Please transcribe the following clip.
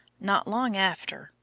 not long after,